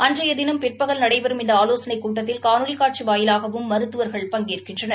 அன்றையதினம் பிற்பகல் நடைபெறும் இந்த ஆலோசனைக் கூட்டத்தில் காணொலி காட்சி வாயிலாகவும் மருத்துவர்கள் பங்கேற்கின்றனர்